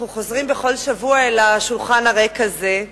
אנחנו חוזרים בכל שבוע לשולחן הריק הזה,